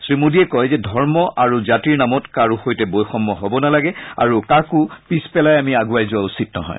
শ্ৰীমোদীয়ে কয় যে ধৰ্ম আৰু জাতিৰ নামত কাৰো সৈতে বৈষম্য হ'ব নালাগে আৰু কাকো পিছ পেলাই আমি আণ্ডৱাই যোৱা উচিত নহয়